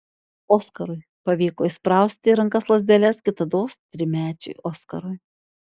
oskarui pavyko įsprausti į rankas lazdeles kitados trimečiui oskarui